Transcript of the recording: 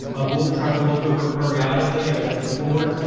um ah will try to look over periodically as i go forward.